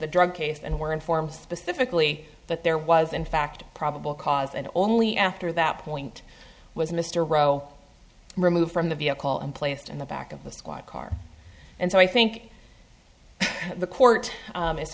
the drug case and were informed specifically that there was in fact probable cause and only after that point was mr rowe removed from the vehicle and placed in the back of the squad car and so i think the court